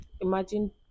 imagine